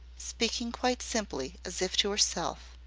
speaking quite simply as if to herself.